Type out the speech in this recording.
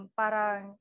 parang